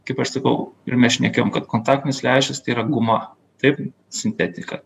kaip aš sakau ir mes šnekėjom kad kontaktinis lęšis tai yra guma taip sintetika